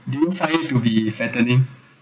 did you find it to be fattening